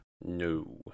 No